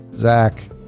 Zach